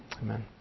Amen